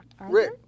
Rick